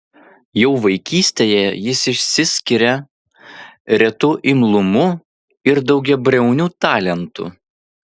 jau vaikystėje jis išsiskiria retu imlumu ir daugiabriauniu talentu